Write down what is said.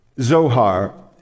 Zohar